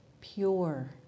pure